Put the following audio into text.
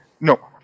No